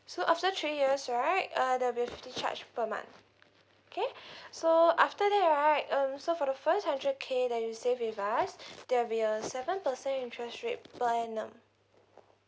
so after three years right uh there'll be a fifty charge per month okay so after that right um so for the first hundred K that you save with us there'll be a seven percent interest rate per annum